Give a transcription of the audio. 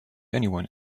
anyone